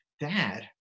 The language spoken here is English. Dad